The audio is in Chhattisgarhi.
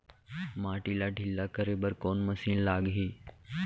माटी ला ढिल्ला करे बर कोन मशीन लागही?